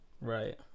Right